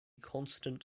constant